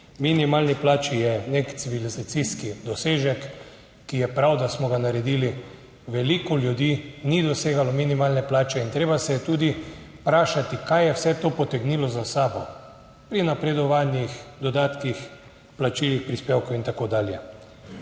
minimalni plači, je nek civilizacijski dosežek, ki je prav, da smo ga naredili. Veliko ljudi ni dosegalo minimalne plače in treba se je tudi vprašati, kaj je vse to potegnilo za sabo pri napredovanjih, dodatkih, plačilih prispevkov in tako dalje.